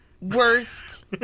Worst